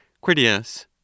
Critias